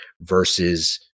versus